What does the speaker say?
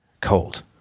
cold